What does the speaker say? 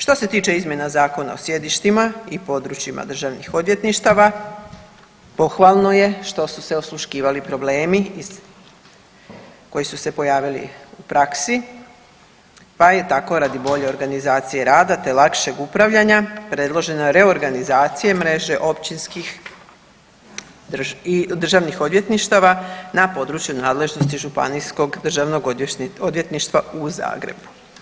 Što se tiče izmjena Zakona o sjedištima i područjima državnih odvjetništava pohvalno je što su se osluškivali problemi koji su se pojavili u praksi, pa je tako radi bolje organizacije rada te lakšeg upravljanja predložena reorganizacija mreže općinskih državnih odvjetništava na području nadležnosti Županijskog državnog odvjetništva u Zagrebu.